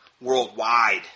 worldwide